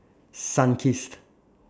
Sunkist